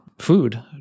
food